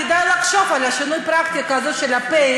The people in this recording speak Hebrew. כדאי לחשוב על שינוי הפרקטיקה הזאת של הפ'.